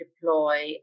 deploy